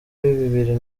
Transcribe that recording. bibiri